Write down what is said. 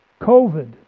COVID